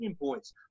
points